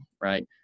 Right